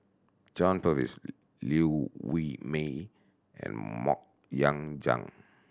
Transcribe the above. John Purvis Liew Wee Mee and Mok Ying Jang